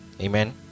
Amen